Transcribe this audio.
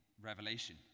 Revelation